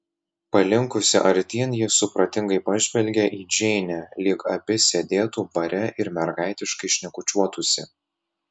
palinkusi artyn ji supratingai pažvelgė į džeinę lyg abi sėdėtų bare ir mergaitiškai šnekučiuotųsi